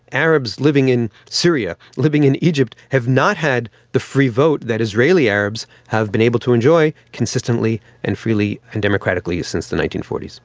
arabs living in syria, living in egypt have not had the free vote that israeli arabs have been able to enjoy consistently and freely and democratically since the nineteen forty s.